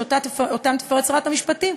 שאותם תפרט שרת המשפטים,